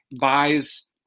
buys